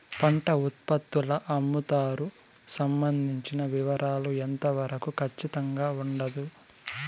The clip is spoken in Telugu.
పంట ఉత్పత్తుల అమ్ముతారు సంబంధించిన వివరాలు ఎంత వరకు ఖచ్చితంగా ఉండదు?